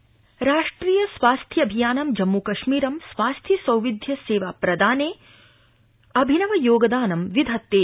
जम्मूकश्मीरम् राष्ट्रिय स्वास्थ्य अभियानं जम्मूकश्मीरम् स्वास्थ्य सौविध्य सेवा प्रदाने अभिनव योगदानं विधत्ते